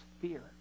fear